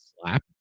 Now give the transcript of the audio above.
slap